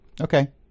Okay